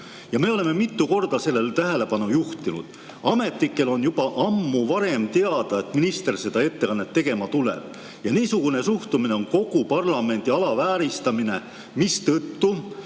oleme sellele mitu korda tähelepanu juhtinud. Ametnikel on juba ammu varem teada, et minister seda ettekannet tegema tuleb. Kuna niisugune suhtumine on kogu parlamendi alavääristamine, siis